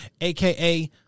aka